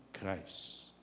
Christ